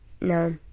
No